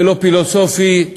ולא פילוסופי,